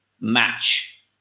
match